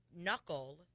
knuckle